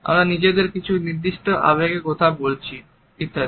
আমরা নিজেদেরকে কিছু নির্দিষ্ট আবেগের ব্যাপারে বলছি ইত্যাদি